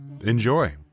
Enjoy